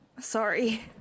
sorry